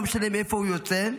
לא משנה מאיפה הוא יוצא,